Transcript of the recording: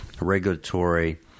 regulatory